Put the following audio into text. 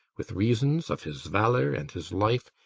with reasons of his valour and his life,